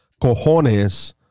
cojones